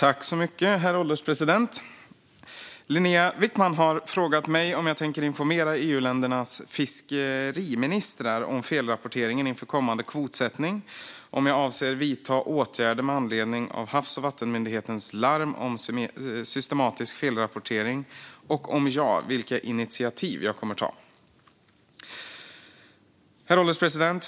Herr ålderspresident! Linnéa Wickman har frågat mig om jag tänker informera EU-ländernas fiskeriministrar om felrapporteringen inför kommande kvotsättning, om jag avser att vidta åtgärder med anledning av Havs och vattenmyndighetens larm om systematisk felrapportering och om ja, vilka initiativ jag kommer att ta. Herr ålderspresident!